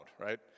right